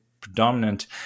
predominant